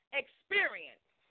experience